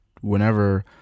whenever